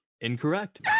Incorrect